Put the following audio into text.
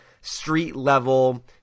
street-level